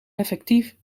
effectief